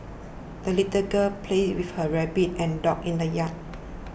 the little girl played with her rabbit and dot in the yard